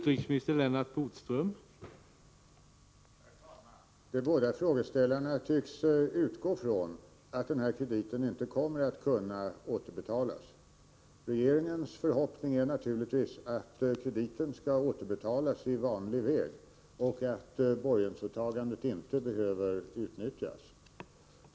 Herr talman! Båda frågeställarna tycks utgå från att denna kredit inte kommer att kunna återbetalas. Regeringens förhoppning är naturligtvis att krediten skall återbetalas i vanlig ordning och att borgensåtagandet inte behöver utnyttjas.